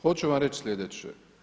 Hoću vam reći sljedeće.